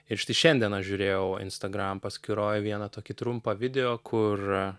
ir štai šiandien aš žiūrėjau instagram paskyroj vieną tokį trumpą video kur